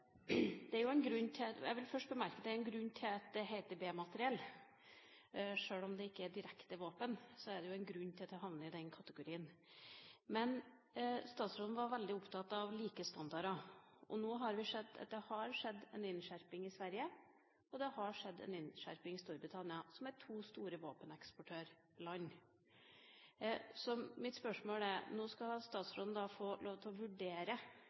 Jeg vil først bemerke at det er en grunn til at det heter B-materiell. Sjøl om det ikke direkte er våpen, er det jo en grunn til at det havner i den kategorien. Men statsråden var veldig opptatt av like standarder. Nå har vi sett at det har skjedd en innskjerping i Sverige, og det har skjedd en innskjerping i Storbritannia – som er to store våpeneksportørland. Så mitt spørsmål er: Nå skal statsråden få lov til å vurdere